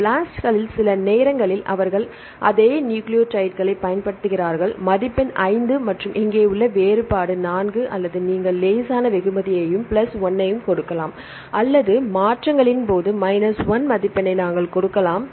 ப்ளாஸ்ட்களில் சில நேரங்களில் அவர்கள் அதே நியூக்ளியோடைட்களைப் பயன்படுத்துகிறார்கள் மதிப்பெண் 5 மற்றும் இங்கே உள்ள வேறுபாடு 4 அல்லது நீங்கள் லேசான வெகுமதியையும் பிளஸ் 1 ஐக் கொடுக்கலாம் அல்லது மாற்றங்களின் போது மைனஸ் 1 மதிப்பெண்ணை நாங்கள் கொடுக்கலாம்